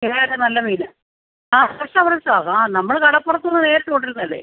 കേര നല്ല മീൻ ആണ് ആ ഫ്രഷ് ആണ് ഫ്രഷ് ആണ് ആ നമ്മൽ കടപ്പുറത്തു നിന്ന് നേരിട്ട് കൊണ്ടുവരുന്നതല്ലേ